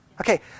Okay